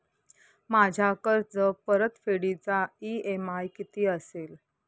माझ्या कर्जपरतफेडीचा इ.एम.आय किती असेल?